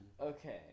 Okay